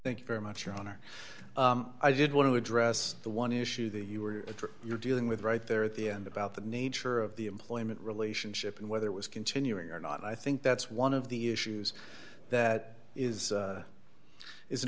thank you very much your honor i did want to address the one issue that you were you're dealing with right there at the end about the nature of the employment relationship and whether it was continuing or not i think that's one of the issues that is it's an